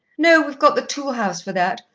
no we've got the tool-house for that.